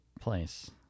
place